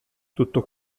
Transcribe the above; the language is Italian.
tutto